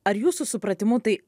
ar jūsų supratimu tai